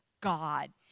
God